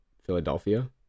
Philadelphia